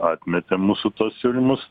atmetė mūsų tuos siūlymus